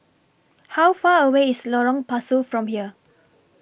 How Far away IS Lorong Pasu from here